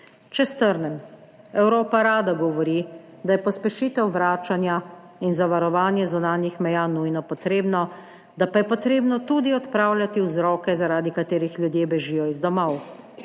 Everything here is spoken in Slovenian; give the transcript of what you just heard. Če strnem, Evropa rada govori, da je pospešitev vračanja in za varovanje zunanjih meja nujno potrebno, da pa je potrebno tudi odpravljati vzroke, zaradi katerih ljudje bežijo iz domov.